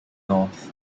north